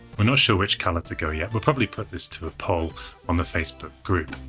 we're not sure which color to go yet. we'll probably put this to a poll on the facebook group.